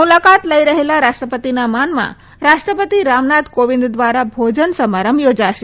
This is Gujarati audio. મુલાકાત લઇ રહેલા રાષ્ટ્રપતિના માનમાં રાષ્ટ્રપતિ રામનાથ કોવિંદ દ્વારા ભોજન સમારંભ યોજાશે